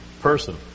person